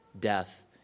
death